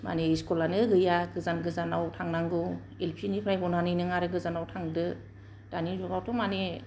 मानि स्कुलानो गैया गोजान गोजानाव थांनांगौ इलपि निफ्राय गनानै आरो नों गोजानाव थांदो दानि जुगावथ' मानि